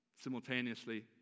simultaneously